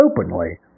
openly